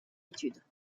études